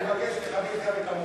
אני מבקש לכבד גם את המורה.